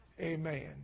Amen